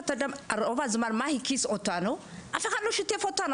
מה שהרגיז אותנו הוא שאף אחד לא שיתף אותנו,